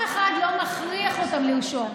אף אחד לא מכריח אותם לרשום.